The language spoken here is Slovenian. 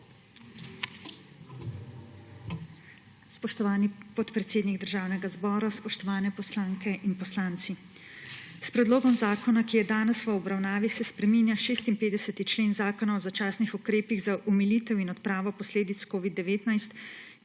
Spoštovani podpredsednik Državnega zbora, spoštovane poslanke in poslanci! S predlogom zakona, ki je danes v obravnavi, se spreminja 56. člen Zakona o začasnih ukrepih za omilitev in odpravo posledic covid-19,